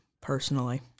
personally